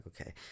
okay